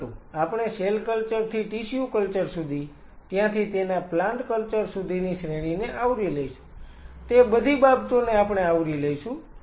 પરંતુ આપણે cell culture થી ટિશ્યુ કલ્ચર સુધી ત્યાંથી તેના પ્લાન્ટ કલ્ચર સુધીની શ્રેણીને આવરી લઈશું તે બધી બાબતોને આપણે આવરી લઈશું